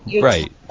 Right